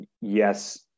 yes